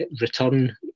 return